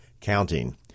counting